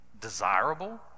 desirable